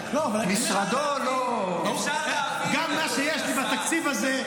משרדו לא --- גם מה שיש לי בתקציב הזה,